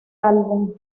álbum